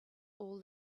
all